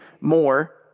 more